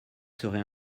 serait